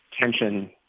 tension